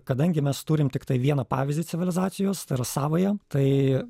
kadangi mes turim tiktai vieną pavyzdį civilizacijos tai yra savąją tai